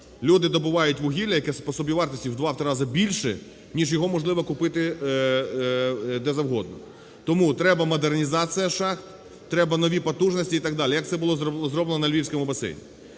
Люди добувають вугілля, яке по собівартості в 2-3 рази більше, ніж його можливо купити де завгодно. Тому треба модернізація шахт, треба нові потужності і так далі, як це було зроблено на Львівському басейні.